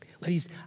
Ladies